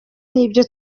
n’ibyo